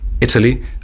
Italy